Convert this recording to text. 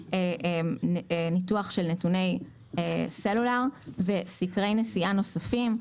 ניתוח של נתוני סלולר וסקרי נסיעה נוספים.